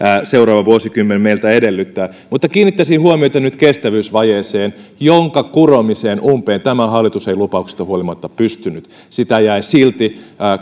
seuraava vuosikymmen meiltä edellyttää mutta kiinnittäisin huomiota nyt kestävyysvajeeseen jonka kuromiseen umpeen tämä hallitus ei lupauksista huolimatta pystynyt sitä jäi silti